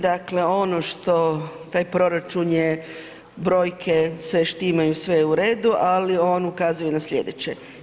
Dakle, ono što taj proračun je brojke sve štimaju, sve je u redu, ali on ukazuje na slijedeće.